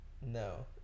No